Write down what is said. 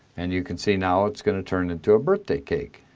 and you can see now, it's going to turn into a birthday cake.